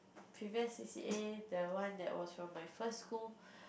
previous C_C_A the one that was from my first school